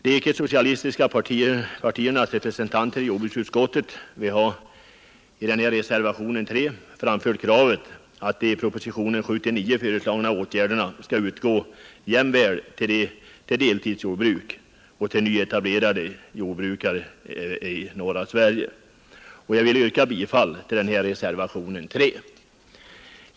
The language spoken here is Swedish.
De icke-socialistiska partiernas representanter i jordbruksutskottet har i reservationen 3 framfört kravet att det i propositionen 79 föreslagna stödet skall kunna utgå jämväl till deltidsjordbruk och i samband med nyetablering av jordbruk i norra Sverige. Jag vill yrka bifall till reservationen 3.